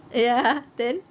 ya then